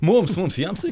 mums mums jiems tai